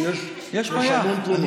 שיש המון תלונות.